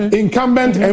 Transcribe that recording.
incumbent